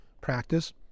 practice